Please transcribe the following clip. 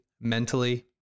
mentally